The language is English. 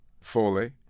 Foley